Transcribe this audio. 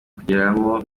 kugeramo